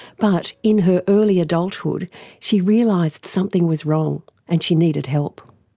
but in her early adulthood she realised something was wrong, and she needed help.